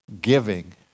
Giving